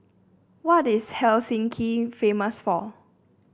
what is Helsinki famous for